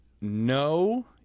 no